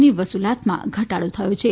ની વસુલાતમાં ઘટાડો થયો છે